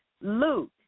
Luke